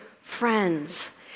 friends